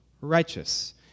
righteous